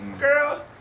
girl